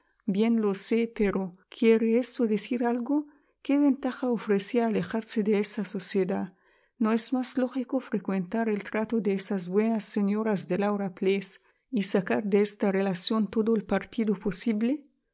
bien lo sé pero quiere esto decir algo qué ventaja ofrecía alejarse de esa sociedad no es más lógico frecuentar el trato de esas buenas señoras de laura place y sacar de esta relación todo el partido posible